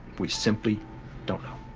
we simply don't know.